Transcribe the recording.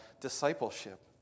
discipleship